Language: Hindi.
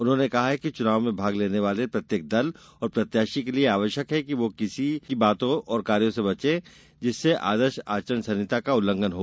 उन्होंने कहा है कि चुनाव में भाग लेने वाले प्रत्येक दल और प्रत्याशी के लिए आवश्यक है कि वह ऐसी किसी भी बातों और कार्यो से बचे जिससे आदर्श आचार संहिता का उल्लंघन हो